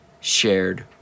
shared